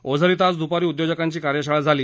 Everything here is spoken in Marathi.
ओझर इथं आज द्पारी उद्योजकांची कार्यशाळा झाली